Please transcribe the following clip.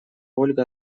ольга